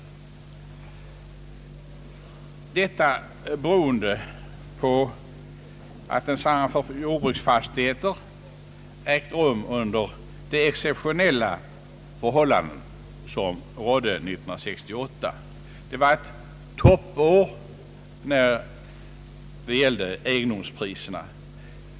Att så är fallet är beroende på att densamma för jordbruksfastighet ägt rum under de exceptionella förhållanden som rådde år 1968. Det var ett toppår när det gällde egendomspriserna.